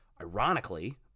Ironically